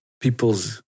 people's